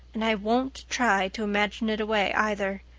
and i won't try to imagine it away, either.